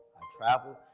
i traveled.